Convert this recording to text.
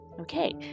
Okay